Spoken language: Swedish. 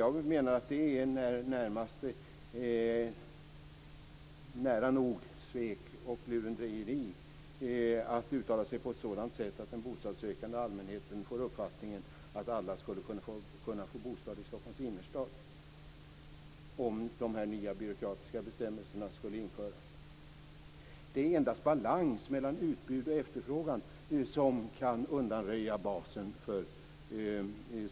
Jag menar att det är nära nog svek och lurendrejeri att uttala sig på ett sådant sätt att den bostadssökande allmänheten får uppfattningen att alla skulle kunna få en bostad i Stockholms innerstad. Det är endast balans mellan utbud och efterfrågan som kan undanröja basen för